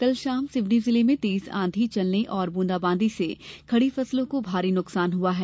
कल शाम सिवनी जिले में तेज आंधी चलने और ब्रंदाबांदी से खड़ी फसलों को भारी नुकसान हुआ है